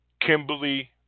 kimberly